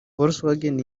volkswagen